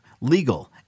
legal